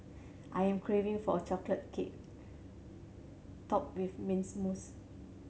I am craving for a chocolate cake topped with mint mousse